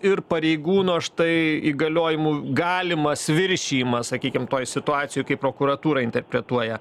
ir pareigūno štai įgaliojimų galimas viršijimas sakykim toj situacijoj kaip prokuratūra interpretuoja